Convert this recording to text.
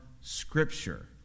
Scripture